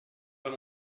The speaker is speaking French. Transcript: pas